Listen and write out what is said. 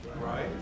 right